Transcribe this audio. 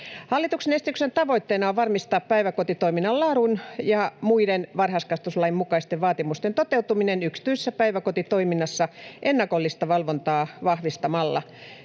Hallituksen esityksen tavoitteena on varmistaa päiväkotitoiminnan laadun ja muiden varhaiskasvatuslain mukaisten vaatimusten toteutuminen yksityisessä päiväkotitoiminnassa ennakollista valvontaa vahvistamalla.